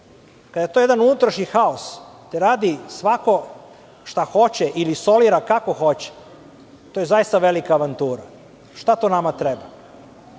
kada je to jedan unutrašnji haos. Radi svako šta hoće ili solira kako hoće. To je zaista velika avantura. Šta to nama treba.